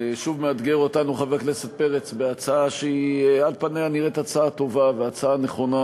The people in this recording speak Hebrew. שוב מאתגר אותנו חבר הכנסת פרץ בהצעה שעל פניה נראית הצעה טובה ונכונה,